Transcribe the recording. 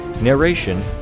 Narration